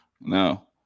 no